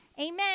Amen